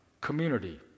community